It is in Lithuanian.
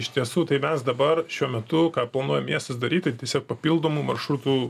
iš tiesų tai mes dabar šiuo metu ką planuoja miestas daryt tai tiesiog papildomų maršrutų